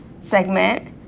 segment